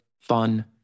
fun